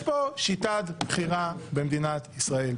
יש פה שיטת בחירה במדינת ישראל,